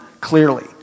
clearly